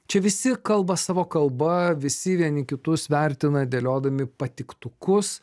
čia visi kalba savo kalba visi vieni kitus vertina dėliodami patiktukus